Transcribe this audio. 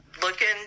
looking